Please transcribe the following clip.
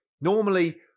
Normally